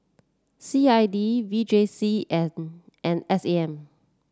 C I D V J C and S A M